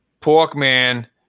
Porkman